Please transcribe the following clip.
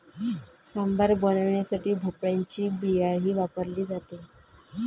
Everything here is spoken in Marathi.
सांबार बनवण्यासाठी भोपळ्याची बियाही वापरली जाते